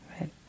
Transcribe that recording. right